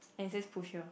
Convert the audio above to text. and it says push here